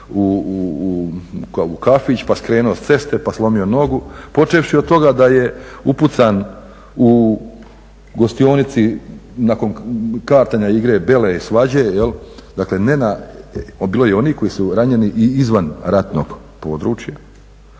u kafić pa skrenuo s ceste, pa slomio nogu. Počevši od toga da je upucan u gostionici nakon kartanja igre bele i svađe, dakle bilo je onih koji su ranjeni i izvan ratnog područja.